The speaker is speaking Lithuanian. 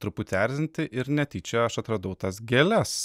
truputį erzinti ir netyčia aš atradau tas gėles